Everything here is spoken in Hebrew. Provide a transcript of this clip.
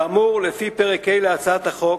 כאמור, לפי פרק ה' להצעת החוק,